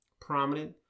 prominent